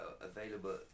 available